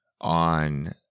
on